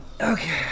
Okay